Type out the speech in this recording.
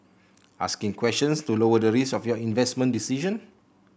asking questions to lower the risk of your investment decision